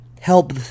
help